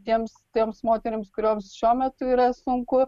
tiems trims moterims kurioms šiuo metu yra sunku